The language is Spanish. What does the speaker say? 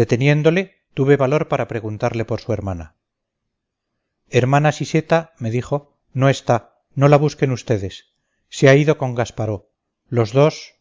deteniéndole tuve valor para preguntarle por su hermana hermana siseta me dijo no está no la busquen ustedes se ha ido con gasparó los dos